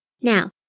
Now